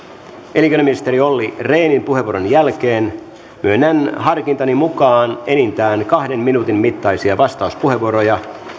elinkeinoministeri olli rehnin puheenvuoron jälkeen myönnän harkintani mukaan enintään kahden minuutin mittaisia vastauspuheenvuoroja